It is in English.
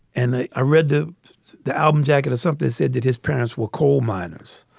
and i ah read the the album jacket as something said that his parents were coal miners.